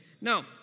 Now